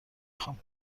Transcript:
خوام